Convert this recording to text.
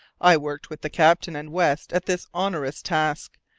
i worked with the captain and west at this onerous task,